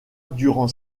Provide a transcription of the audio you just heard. durant